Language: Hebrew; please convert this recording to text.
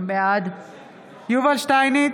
בעד יובל שטייניץ,